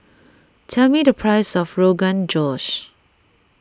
tell me the price of Rogan Josh